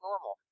normal